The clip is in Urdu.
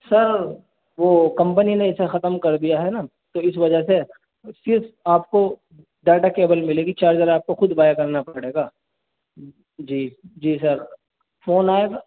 سر وہ کمپنی نے اسے ختم کر دیا ہے نا تو اس وجہ سے صرف آپ کو ڈاٹا کیبل ملے گی چارجر آپ کو خود بائے کرنا پڑے گا جی جی سر فون آئے گا